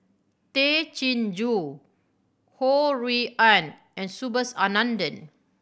Tay Chin Joo Ho Rui An and Subhas Anandan